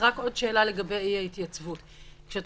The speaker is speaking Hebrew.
כשאת אומרת "אי התייצבות",